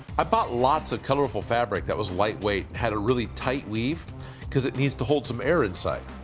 i bought lots of colorful fabric that was lightweight had a really tight we've because it needs to hold some air inside.